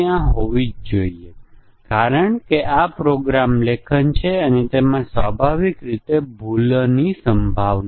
સંભવત તે ફક્ત એવું સ્ટેટમેન્ટ લખવા માંગતો હતો જે તેણે ન કર્યો હોય